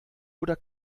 oder